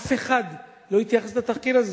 אף אחד לא התייחס לתחקיר הזה.